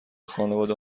خانواده